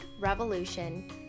revolution